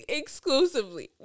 exclusively